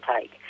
take